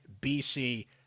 BC